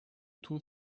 two